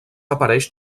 apareix